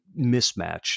mismatch